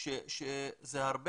זה היה